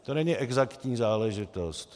To není exaktní záležitost.